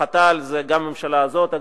מחתה על זה גם הממשלה הזאת.